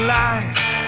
life